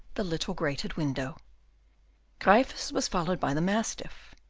the little grated window gryphus was followed by the mastiff.